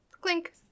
Clink